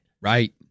Right